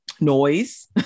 Noise